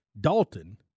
Dalton